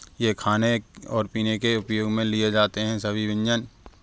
यह खाने और पीने के उपयोग में लिए जाते हैं सभी व्यंजन